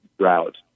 route